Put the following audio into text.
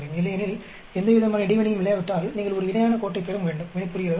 இல்லையெனில் எந்தவிதமான இடைவினையும் இல்லாவிட்டால் நீங்கள் ஒரு இணையான கோட்டைப் பெற வேண்டும் புரிகிறதா